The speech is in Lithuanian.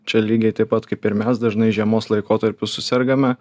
čia lygiai taip pat kaip ir mes dažnai žiemos laikotarpiu susergame